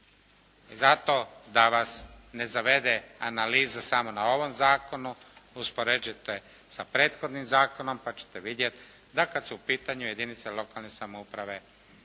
I zato da vas ne zavede analiza samo na ovom zakonu, usporedite sa prethodnim zakonom pa ćete vidjeti da kada su u pitanju jedinice lokalne samouprave